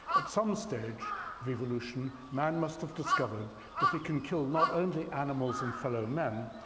at some stage of evolution, man must have discovered that he can kill not only animals and fellow men,